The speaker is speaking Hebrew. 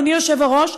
אדוני היושב-ראש,